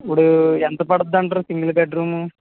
ఇప్పుడు ఎంత పడుతుంది అంటారు సింగిల్ బెడ్రూము